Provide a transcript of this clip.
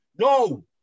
No